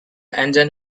engine